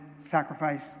sacrifice